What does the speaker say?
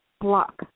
block